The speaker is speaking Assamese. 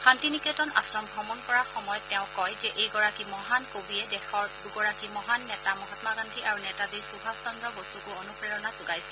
শান্তি নিকেতন আশ্ৰম ভ্ৰমণৰ কৰাৰ সময়ত তেওঁ কয় যে এইগৰাকী মহান কবিয়ে দেশৰ দুগৰাকী মহান নেতা মহাম্মা গান্ধী আৰু নেতাজী সূভাষ চদ্ৰ বসুকো অনুপ্ৰেৰণা যোগাইছিল